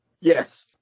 Yes